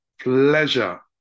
pleasure